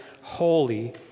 holy